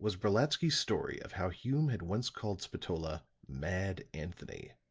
was brolatsky's story of how hume had once called spatola mad anthony,